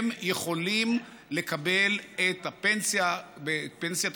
הם יכולים לקבל את הפנסיה בפנסיית